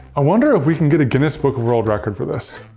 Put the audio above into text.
i wonder if we can get a guinness book of world record for this.